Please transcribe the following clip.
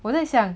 我在想